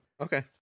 Okay